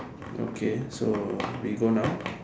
okay so we go now